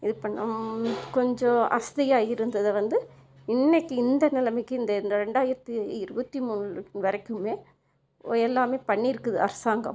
இது பண்ணாமல் கொஞ்சம் அஸ்தியாக இருந்ததை வந்து இன்றைக்கு இந்த நிலமைக்கு இந்த இந்த ரெண்டாயிரத்து இருபத்தி மூணு வரைக்குமே எல்லாமே பண்ணியிருக்குது அரசாங்கம்